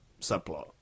subplot